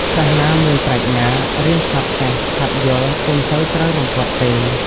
សិស្សណាមានប្រាជ្ញា រៀនឆាប់ចេះឆាប់យល់ពុំសូវត្រូវរំពាត់ទេ ។